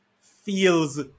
feels